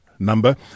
number